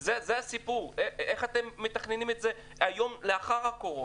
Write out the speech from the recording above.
זה הסיפור, איך אתם מתכוננים ליום שלאחר הקורונה.